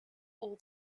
all